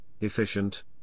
efficient